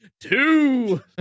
Two